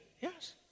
Yes